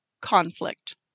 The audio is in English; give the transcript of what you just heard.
conflict